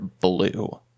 blue